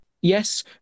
Yes